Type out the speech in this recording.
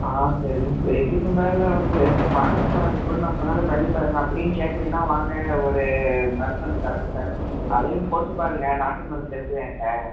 ஆ சரிங்க இதுக்கு மேலல்லாம் சரி பாருங்கள் சார் அதுக்கப்பறம் நான் சொன்னதை பண்ணிப் பாருங்கள் அப்படியும் கேட்கலைன்னா வாங்க ஒரு மருந்து ஒன்றுத் தரேங்க சார் அதையும் போட்டுப் பாருங்கள் நாட்டு மருந்து இருக்குது ஏன்கிட்ட